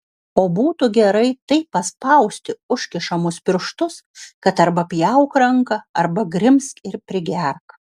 o būtų gerai taip paspausti užkišamus pirštus kad arba pjauk ranką arba grimzk ir prigerk